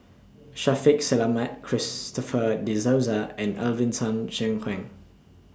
Shaffiq Selamat Christopher De Souza and Alvin Tan Cheong Kheng